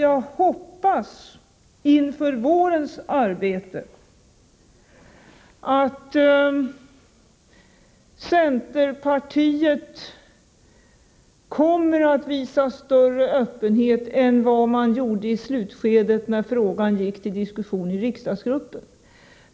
Jag hoppas inför vårens arbete att centerpartiet kommer att visa större öppenhet än vad det gjorde i slutskedet när frågan gick till diskussion i riksdagsgruppen.